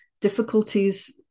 difficulties